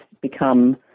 become